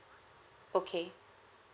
okay